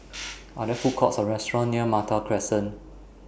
Are There Food Courts Or restaurants near Malta Crescent